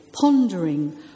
pondering